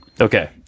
Okay